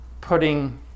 putting